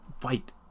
fight